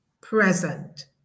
present